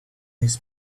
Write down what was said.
his